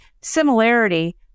similarity